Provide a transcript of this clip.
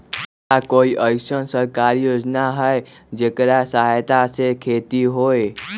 का कोई अईसन सरकारी योजना है जेकरा सहायता से खेती होय?